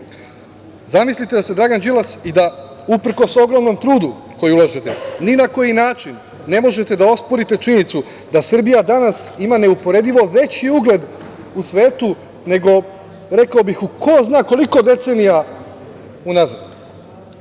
Zamislite da ste Dragan Đilas i da, uprkos ogromnom trudu koji ulažete, ni na koji način ne možete da osporite činjenicu da Srbija danas ima neuporedivo veći ugled u svetu nego, rekao bih, u ko zna koliko decenija unazad.